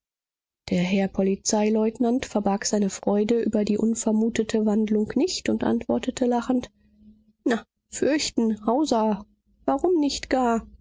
der herr polizeileutnant verbarg seine freude über die unvermutete wandlung nicht und antwortete lachend na fürchten hauser warum nicht gar